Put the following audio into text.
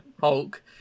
Hulk